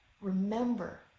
remember